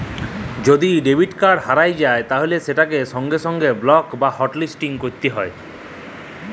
যদি debit card হারাঁয় যায় তাইলে সেটকে সঙ্গে সঙ্গে বলক বা হটলিসটিং ক্যইরতে হ্যয়